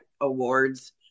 awards